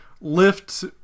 lift